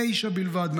תשע בלבד,